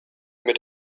mit